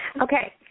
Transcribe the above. okay